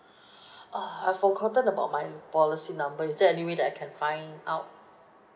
ugh I've forgotten about my policy number is there any way that I can find out